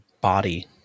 body